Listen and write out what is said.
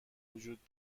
وجود